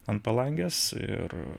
ant palangės ir